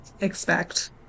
expect